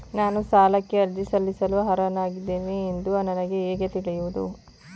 ನಾನು ಸಾಲಕ್ಕೆ ಅರ್ಜಿ ಸಲ್ಲಿಸಲು ಅರ್ಹನಾಗಿದ್ದೇನೆ ಎಂದು ನನಗೆ ಹೇಗೆ ತಿಳಿಯುವುದು?